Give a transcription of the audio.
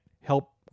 help